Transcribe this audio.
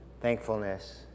thankfulness